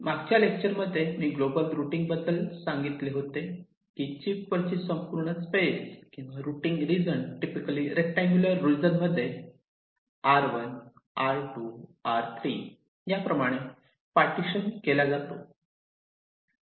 च्या मागच्या लेक्चर मध्ये मी ग्लोबल रुटींग बद्दल सांगितले होते की चिप वरची संपूर्ण स्पेस किंवा routing region typically rectangular region मध्ये r1 r2 r3 याप्रमाणे पार्टिशन केला जातो